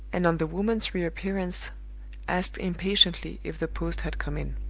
and on the woman's re-appearance asked impatiently if the post had come in.